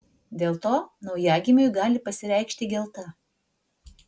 dėl to naujagimiui gali pasireikšti gelta